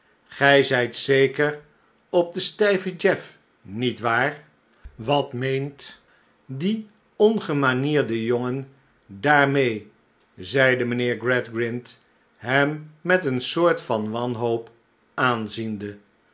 gij zijt zeker op de stijvejeff niet waar wat meent die ongemanierde jongen daarmee zeide mijnheer gradgrind hem met een soort van wanhoop aanziende